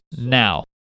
now